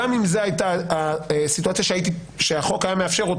גם אם זאת הייתה הסיטואציה שהחוק היה מאפשר,